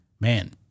man